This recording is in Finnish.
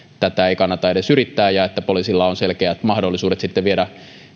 tätä ei kannata edes yrittää ja että poliisilla on selkeät mahdollisuudet sitten viedä